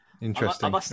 interesting